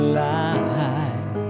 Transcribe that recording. lie